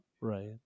right